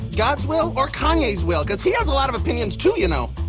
god's will or kanye's will? cause he has a lot of opinions too, you know.